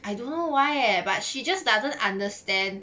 I don't know why leh but she just doesn't understand